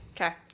Okay